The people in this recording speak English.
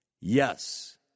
Yes